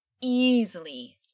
easily